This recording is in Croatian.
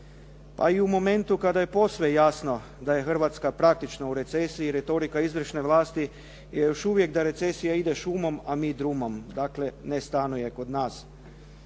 Pa i u momentu kada je posve jasno da je Hrvatska praktično u recesiji, retorika izvršne vlasti je još uvijek da recesija ide šumom, a mi drumom, dakle ne stanuje kod nas.